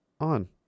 On